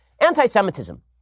anti-Semitism